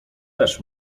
też